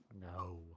no